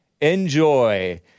Enjoy